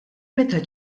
meta